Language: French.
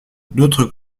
d’autres